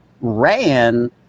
ran